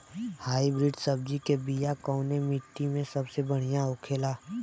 Hybrid सब्जी के बिया कवने मिट्टी में सबसे बढ़ियां होखे ला?